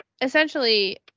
essentially